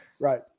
Right